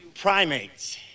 primates